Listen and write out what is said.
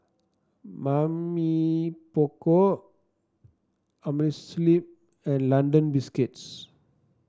Mamy Poko Amerisleep and London Biscuits